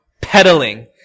pedaling